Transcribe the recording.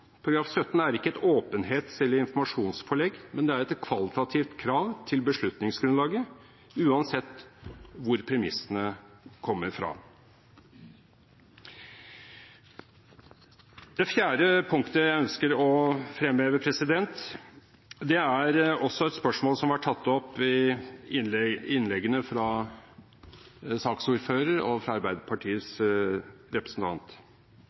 Paragraf 17 er ikke et åpenhets- eller informasjonspålegg, men det er et kvalitativt krav til beslutningsgrunnlaget uansett hvor premissene kommer fra. Det fjerde punktet jeg ønsker å fremheve, er også et spørsmål som var tatt opp i innleggene fra saksordføreren og fra Arbeiderpartiets representant.